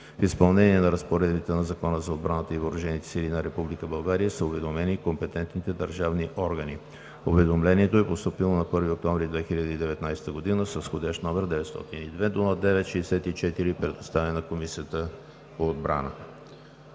В изпълнение на разпоредбите на Закона за отбраната и въоръжените сили на Република България са уведомени компетентните държавни органи. Уведомлението е постъпило на 1 октомври 2019 г. с входящ № 902-09-64 и е предоставено на Комисията по отбрана.